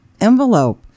envelope